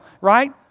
Right